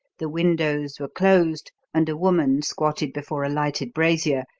the windows were closed and a woman squatted before a lighted brasier,